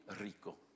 rico